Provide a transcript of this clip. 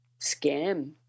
scam